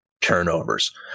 Turnovers